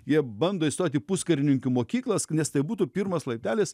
jie bando įstoti į puskarininkių mokyklas nes tai būtų pirmas laiptelis